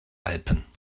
alpen